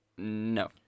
No